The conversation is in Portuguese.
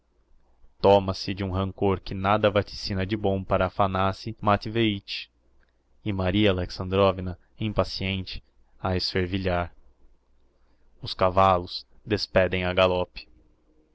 toma-se de um rancor que nada vaticina de bom para aphanassi matveich e maria alexandrovna impaciente a esfervilhar os cavallos despedem a galope